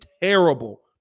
terrible